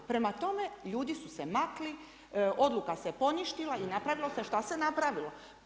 Prema tome, ljudi su se makli, odluka se poništila i napravilo se šta se napravilo.